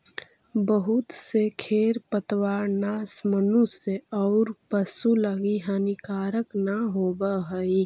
बहुत से खेर पतवारनाश मनुष्य औउर पशु लगी हानिकारक न होवऽ हई